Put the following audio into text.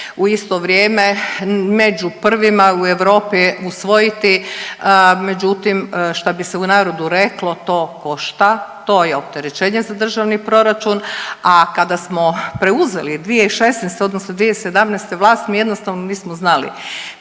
u isto vrijeme među prvima u Europi usvojiti međutim šta bi se u narodu reklo, to košta, to je opterećenje za državni proračun, a kada smo preuzeli 2016. odnosno 2017. vlast mi jednostavno nismo znali